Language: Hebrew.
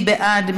מי בעד?